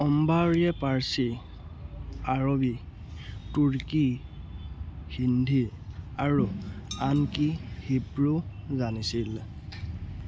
অন্বাৰীয়ে পাৰ্চী আৰবী তুৰ্কী হিন্দী আৰু আনকি হিব্ৰুও জানিছিল